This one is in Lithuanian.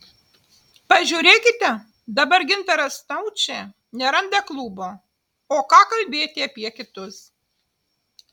pažiūrėkite dabar gintaras staučė neranda klubo o ką kalbėti apie kitus